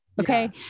okay